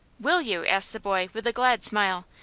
will you? asked the boy, with a glad smile.